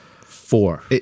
Four